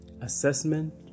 assessment